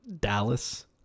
Dallas